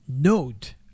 note